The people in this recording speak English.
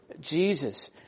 Jesus